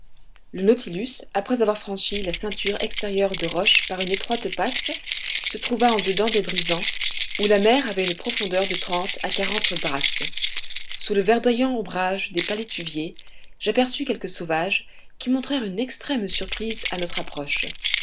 le nautilus après avoir franchi la ceinture extérieure de roches par une étroite passe se trouva en dedans des brisants où la mer avait une profondeur de trente à quarante brasses sous le verdoyant ombrage des palétuviers j'aperçus quelques sauvages qui montrèrent une extrême surprise à notre approche